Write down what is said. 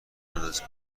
اندازه